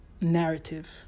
narrative